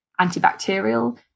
antibacterial